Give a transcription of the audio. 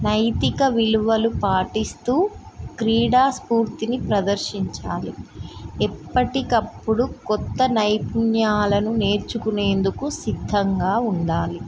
నైతిక విలువలు పాటిస్తూ క్రీడాస్ఫూర్తిని ప్రదర్శించాలి ఎప్పటికప్పుడు క్రొత్త నైపుణ్యాలను నేర్చుకునేందుకు సిద్ధంగా ఉండాలి